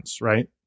right